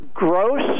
gross